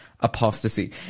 apostasy